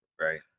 right